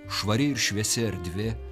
švari ir šviesi erdvė